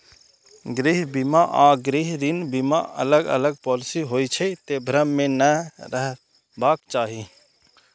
गृह बीमा आ गृह ऋण बीमा अलग अलग पॉलिसी होइ छै, तें भ्रम मे नै रहबाक चाही